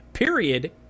Period